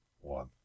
one